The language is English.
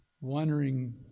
wondering